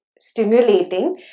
stimulating